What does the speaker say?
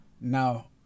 now